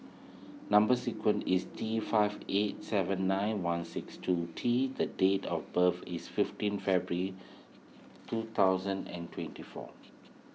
Number Sequence is T five eight seven nine one six two T the date of birth is fifteen February two thousand and twenty four